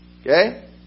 Okay